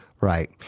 Right